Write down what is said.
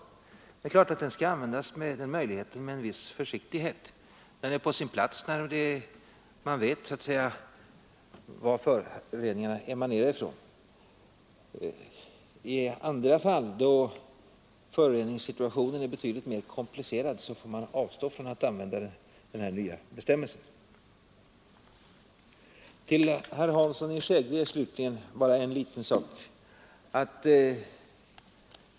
Men det är klart att den möjligheten bör användas med en viss försiktighet. Den är på sin plats när man vet varifrån föroreningarna emanerar, men i andra fall, då föroreningssituationen är betydligt mer komplicerad, får man avstå från att använda den här nya bestämmelsen. Slutligen bara ett litet påpekande till herr Hansson i Skegrie.